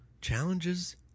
Challenges